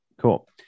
Cool